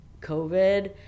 covid